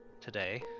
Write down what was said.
today